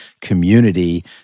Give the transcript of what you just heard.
community